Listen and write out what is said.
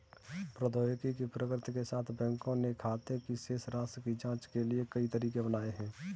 प्रौद्योगिकी की प्रगति के साथ, बैंकों ने खाते की शेष राशि की जांच के लिए कई तरीके बनाए है